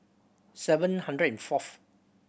seven hundred and fourth